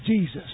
Jesus